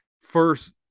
first